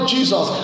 Jesus